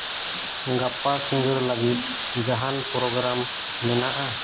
ᱜᱟᱯᱟ ᱥᱤᱸᱜᱟᱹᱲ ᱞᱟᱹᱜᱤᱫ ᱡᱟᱦᱟᱱ ᱯᱨᱳᱜᱨᱟᱢ ᱢᱮᱱᱟᱜᱼᱟ